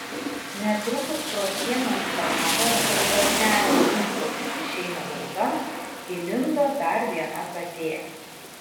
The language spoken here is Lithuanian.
netrukus pro sienos spragą kur krosnelės dūmtraukis išeina laukan įlindo dar viena katė